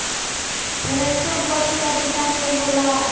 thresher कई तरीका के होला